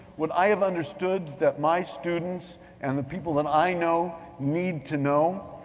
what i have understood that my students and the people that i know need to know,